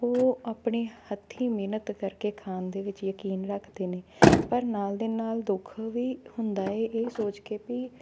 ਉਹ ਆਪਣੇ ਹੱਥੀਂ ਮਿਹਨਤ ਕਰਕੇ ਖਾਣ ਦੇ ਵਿੱਚ ਯਕੀਨ ਰੱਖਦੇ ਨੇ ਪਰ ਨਾਲ ਦੀ ਨਾਲ ਦੁੱਖ ਵੀ ਹੁੰਦਾ ਹੈ ਇਹ ਸੋਚ ਕੇ ਵੀ